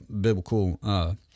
biblical